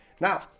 now